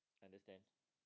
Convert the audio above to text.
understand